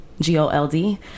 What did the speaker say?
G-O-L-D